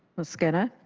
mosqueda.